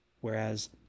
whereas